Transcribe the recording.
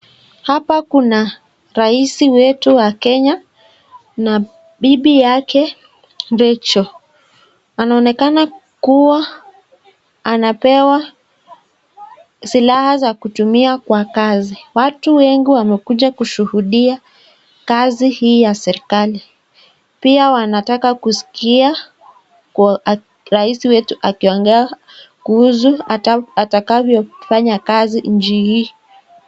Hapa kuna raisi wetu wa Kenya na bibi yake Rachael. Anaonekana kuwa anapewa silaha za kutumia kwa kazi. Watu wengi wamekuja kushuhudia kazi hii ya serikali, pia wanataka kusikia raisi wetu akiongea, kuhusu atakavyo fanya kazi nchi hii.